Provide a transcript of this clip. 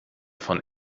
von